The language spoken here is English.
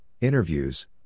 interviews